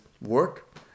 work